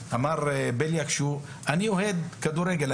אני אוהד כדורגל,